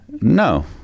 No